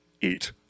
eat